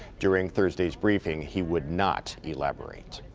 during thursday's briefing, he would not elaborate.